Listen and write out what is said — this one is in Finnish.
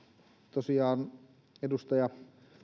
tosiaan edustaja